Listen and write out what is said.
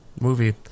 movie